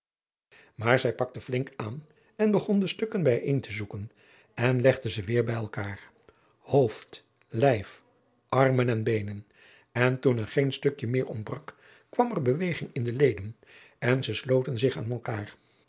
maar zij pakte flink aan en begon de stukken bij een te zoeken en legde ze weêr aan elkaar hoofd lijf armen en beenen en toen er geen stukje meer ontbrak kwam er beweging in de leden en ze sloten zich aan elkaâr